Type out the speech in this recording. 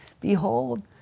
Behold